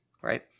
Right